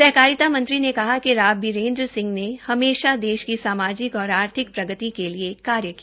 सहकारिता मंत्री ने कहा कि राव बिरेन्द्र सिंह ने हमेशा देश की सामाजिक और आर्थिक प्रगति के लिए कार्य किया